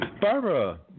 Barbara